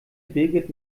birgit